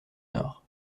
nord